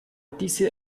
diese